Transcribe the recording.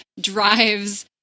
drives